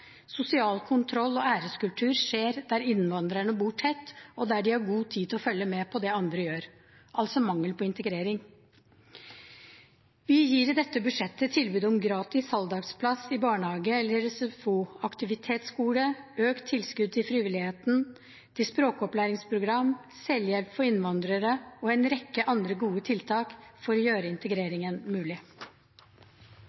Sosial kontroll og æreskultur skjer der innvandrerne bor tett, og der de har god tid til å følge med på det andre gjør – altså mangel på integrering. Vi gir i dette budsjettet tilbud om gratis halvdagsplass i barnehage eller SFO/aktivitetsskole og økt tilskudd til frivilligheten, språkopplæringsprogram, selvhjelp for innvandrere og en rekke andre god tiltak for å gjøre